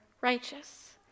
righteous